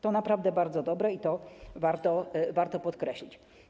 To naprawdę bardzo dobre i to warto podkreślić.